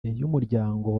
y’umuryango